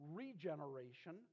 regeneration